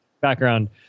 background